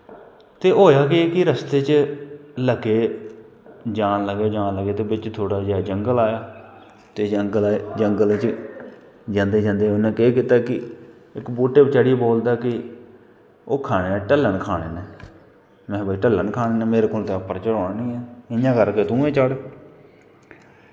ते होएआ के कि रस्ते च लग्गे जान लगे जान लगे ते बिच्च थोह्ड़ा जेहा जंगल आया ते जंगलै च जंगल च जंदे जंदे उ'न्नै केह् कीता कि इक बूह्टे पर चढ़ियै बोलदा कि ओह् खाने ना ढल्लन खाने न महां भाई ढल्लन खाने न मेरे कोला उप्पर चढ़ोना नी ऐ इ'यां कर के तूं गै चढ़